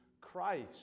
Christ